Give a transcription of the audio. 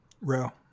Real